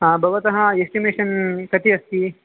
भवतः एस्टिमेशन् कति अस्ति